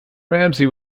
ramsay